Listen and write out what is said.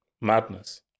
Madness